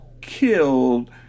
killed